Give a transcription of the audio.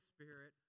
Spirit